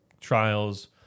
trials